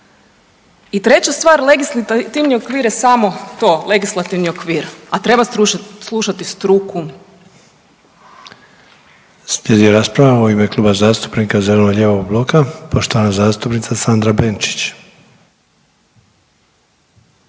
I treći legislativni okvir je samo je to legislativni okvir, a treba slušati struku. **Sanader, Ante (HDZ)** Slijedi rasprava u ime Kluba zastupnika zeleno-lijevog bloka poštovana zastupnica Sandra Benčić.